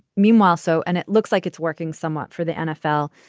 meanwhile, so and it looks like it's working somewhat for the nfl.